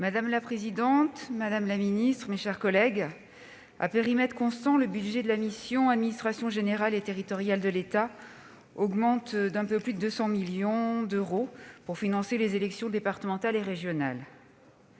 Madame la présidente, madame la ministre, mes chers collègues, à périmètre constant, le budget de la mission « Administration générale et territoriale de l'État » augmente d'un peu plus de 200 millions d'euros pour financer les élections départementales et régionales.